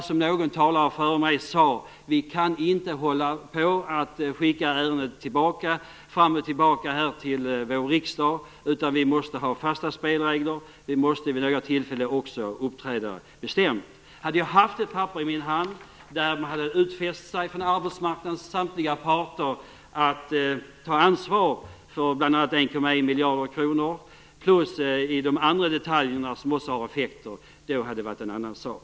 Som någon tidigare talare sade kan vi inte hålla på att skicka ärendet fram och tillbaka från och till vår riksdag. Vi måste ha fasta spelregler, och vi måste vid vissa tillfällen också uppträda bestämt. Hade jag haft ett papper i mitt hand på vilket arbetsmarknadens samtliga parter hade utfäst sig att ta ansvar för bl.a. 1,1 miljarder kronor och i fråga om de andra detaljer som också har effekt, då hade det varit en annan sak.